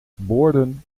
boarden